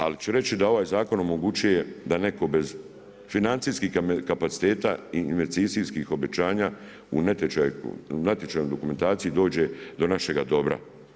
Ali ću reći da ovaj zakon omogućuje da netko bez financijskih kapaciteta i investicijskih obećanja u natječaj dokumentacije, dođe do našega dobro.